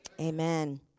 Amen